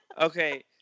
Okay